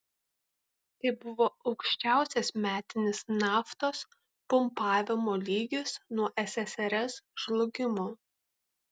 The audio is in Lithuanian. tai buvo aukščiausias metinis naftos pumpavimo lygis nuo ssrs žlugimo